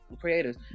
creators